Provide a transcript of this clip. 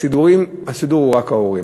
הסידור הוא רק ההורים.